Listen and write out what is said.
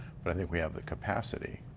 but i think we have the capacity.